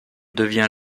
devient